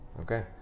Okay